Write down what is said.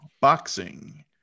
boxing